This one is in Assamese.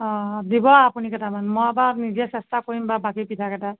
অ দিব আপুনি কেইটামান মই বাৰু নিজে চেষ্টা কৰিম বাৰু বাকী পিঠা কেইটা